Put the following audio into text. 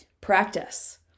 practice